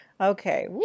Okay